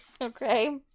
Okay